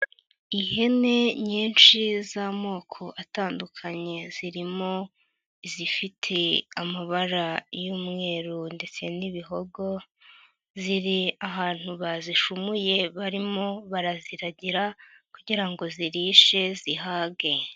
Ihene nyinshi z'amoko atandukanye zirimo izifite amabara y'umweru ndetse n'ibihogo ziri ahantu bazishumuye barimo baraziragira kugira ngo zirishe zihage.